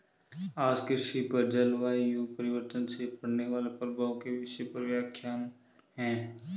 आज कृषि पर जलवायु परिवर्तन से पड़ने वाले प्रभाव के विषय पर व्याख्यान है